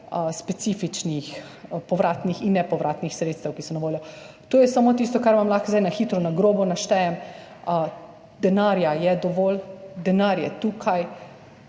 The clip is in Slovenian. specifičnih povratnih in nepovratnih sredstev, ki so na voljo. To je samo tisto, kar vam lahko zdaj na hitro, na grobo našytejem. Denarja je dovolj, denar je tukaj.